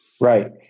Right